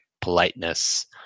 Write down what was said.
politeness